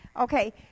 Okay